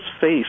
face